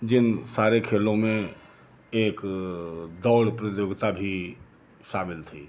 जिन सारे खेलों में एक दौड़ प्रतियोगिता भी शामिल थी